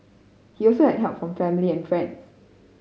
he also had help from family and friends